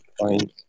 point